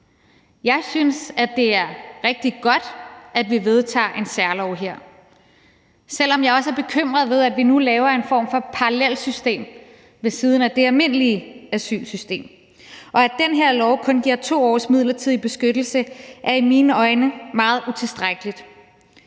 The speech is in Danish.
Jeg synes, det er rigtig godt, at vi vedtager en særlov her, selv om jeg også er bekymret for, at vi nu laver en form for parallelt system ved siden af det almindelige asylsystem. Og at den her lov kun giver 2 års midlertidig beskyttelse, er i mine øjne meget utilstrækkeligt.